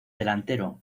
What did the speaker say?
delantero